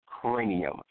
Cranium